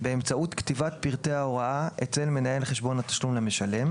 באמצעות כתיבת פרטי ההוראה אצל מנהל חשבון התשלום למשלם,